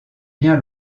bien